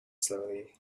slowly